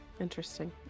Interesting